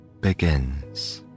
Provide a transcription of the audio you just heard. begins